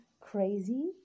crazy